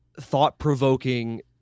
thought-provoking